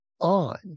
on